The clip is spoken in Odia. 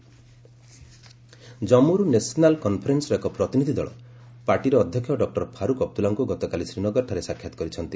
ଏନ୍ସି ଡେଲିଗେସନ୍ ଜନ୍ମୁରୁ ନ୍ୟାସସାଲ୍ କନ୍ଫରେନ୍ସର ଏକ ପ୍ରତିନିଧ୍ ଦଳ ପାର୍ଟିର ଅଧ୍ୟକ୍ଷ ଡକ୍ଟର ଫାରୁକ୍ ଅବଦୁଲ୍ଲାଙ୍କୁ ଗତକାଲି ଶ୍ରୀନଗରଠାରେ ସାକ୍ଷାତ କରିଛନ୍ତି